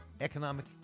economic